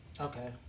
Okay